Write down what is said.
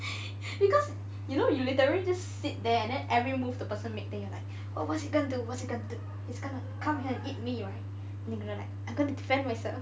because you know you literally just sit there and then every move the person make then you like oh what's he gonna do what's he gonna do he's gonna come and hit me right and then like I'm going to defend myself